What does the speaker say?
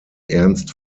ernst